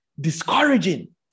discouraging